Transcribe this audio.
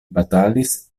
batalis